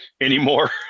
anymore